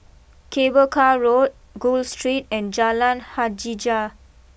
Cable Car Road Gul Street and Jalan Hajijah